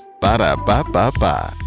Ba-da-ba-ba-ba